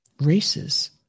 races